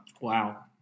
Wow